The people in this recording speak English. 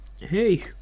Hey